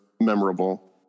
memorable